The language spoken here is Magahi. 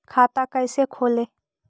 खाता कैसे खोले?